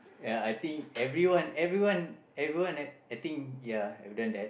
ya I think everyone everyone everyone eh I think ya have done that